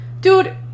Dude